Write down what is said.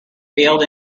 field